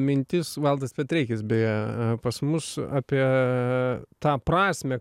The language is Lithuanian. mintis valdas petreikis beje pas mus apie tą prasmę